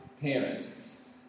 parents